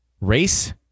race